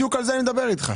בדיוק על זה אני מדבר איתך.